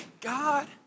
God